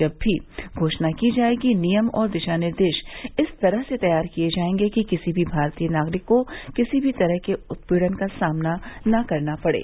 जब भी घोषणा की जायेगी नियम और दिशा निर्देश इस तरह से तैयार किए जाएंगे कि किसी भी भारतीय नागरिक को किसी भी तरह के उत्पीड़न का सामना न करना पड़े